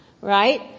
right